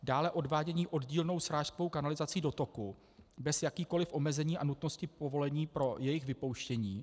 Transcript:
Dále odvádění oddílnou srážkovou kanalizací do toku bez jakýchkoli omezení a nutnosti povolení pro jejich vypouštění.